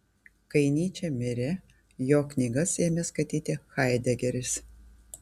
kai nyčė mirė jo knygas ėmė skaityti haidegeris